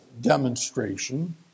demonstration